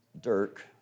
Dirk